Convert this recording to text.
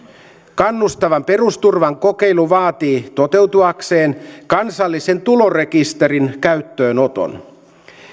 kannustavan perusturvan kokeilu vaatii toteutuakseen kansallisen tulorekisterin käyttöönoton